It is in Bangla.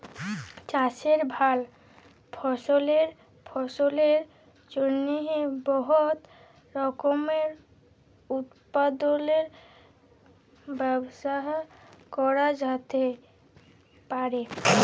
চাষে ভাল ফসলের ফলনের জ্যনহে বহুত রকমের উৎপাদলের ব্যবস্থা ক্যরা যাতে পারে